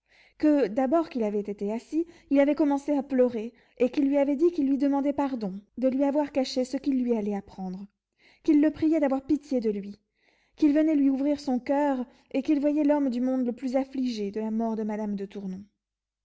que d'abord qu'il avait été assis il avait commencé à pleurer et qu'il lui avait dit qu'il lui demandait pardon de lui avoir caché ce qu'il lui allait apprendre qu'il le priait d'avoir pitié de lui qu'il venait lui ouvrir son coeur et qu'il voyait l'homme du monde le plus affligé de la mort de madame de tournon